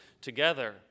together